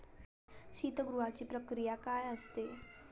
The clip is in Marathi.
शीतगृहाची प्रक्रिया काय असते?